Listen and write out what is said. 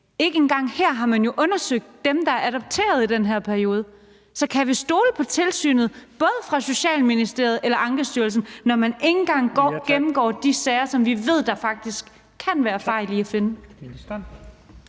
noget galt, har man jo undersøgt dem, der er blevet adopteret i den her periode. Så kan man stole på tilsynet, både fra Socialministeriets og Ankestyrelsens side, når man ikke engang gennemgår de sager, som vi ved der faktisk kan være fejl i? Kl.